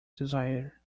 desire